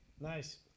Nice